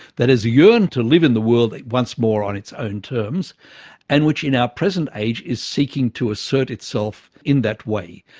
that has yearned to live in the world once more on its own terms and which in our present age is seeking to assert itself in that way.